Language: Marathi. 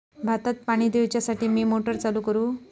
भाताक पाणी दिवच्यासाठी मी मोटर चालू करू?